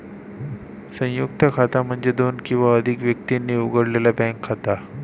संयुक्त खाता म्हणजे दोन किंवा अधिक व्यक्तींनी उघडलेला बँक खाता